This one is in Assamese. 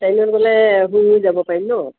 ট্ৰেইনত গ'লে শুই শুই যাব পাৰিম ন'